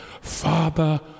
Father